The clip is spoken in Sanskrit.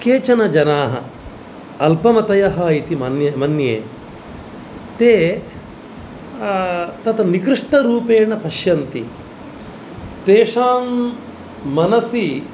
केचन जनाः अल्पमतयः इति मन्ये ते तत् निकृष्टरूपेण पश्यन्ति तेषां मनसि